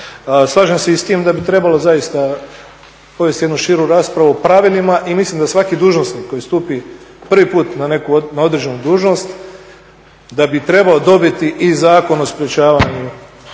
Slažem se i s tim da bi trebalo zaista provesti jednu širu raspravu o pravilima i mislim da svaki dužnosnik koji stupi prvi put na određenu dužnost da bi trebao dobiti i Zakon o sprečavanju